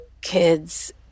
kids